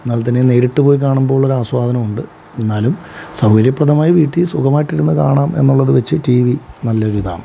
എന്നാൽത്തന്നെയും നേരിട്ട് പോയി കാണുമ്പോഴുള്ളൊരാസ്വാദനം ഉണ്ട് എന്നാലും സൗകര്യപ്രദമായി വീട്ടിൽ സുഖമായിട്ടിരുന്ന് കാണാം എന്നുള്ളത് വെച്ച് ടി വി നല്ലൊരിതാണ്